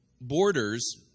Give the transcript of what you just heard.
borders